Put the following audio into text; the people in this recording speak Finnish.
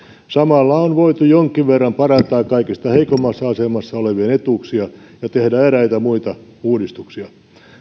samalla on voitu jonkin verran parantaa kaikista heikoimmassa asemassa olevien etuuksia ja tehdä eräitä muita uudistuksia